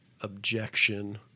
objection